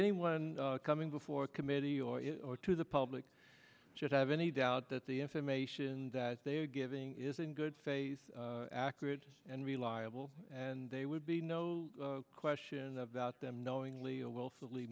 anyone coming before a committee or to the public should have any doubt that the information that they are giving is in good faith accurate and reliable and they would be no question about them knowingly and willfully